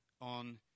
on